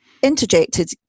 interjected